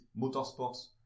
Motorsports